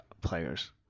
players